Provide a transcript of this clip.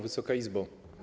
Wysoka Izbo!